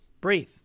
Breathe